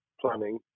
planning